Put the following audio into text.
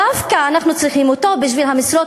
אנחנו צריכים אותו דווקא בשביל המשרות